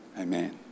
Amen